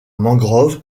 mangrove